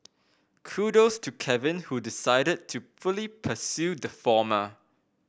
kudos to Kevin who decided to fully pursue the former